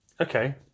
Okay